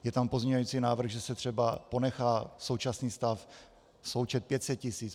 Je tam pozměňující návrh, že se třeba ponechá současný stav, součet 500 tisíc.